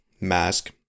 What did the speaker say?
mask